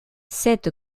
cette